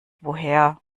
woher